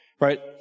right